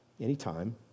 Anytime